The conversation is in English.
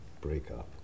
breakup